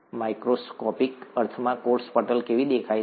microscopic અર્થમાં કોષ પટલ કેવી દેખાય છે